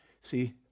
See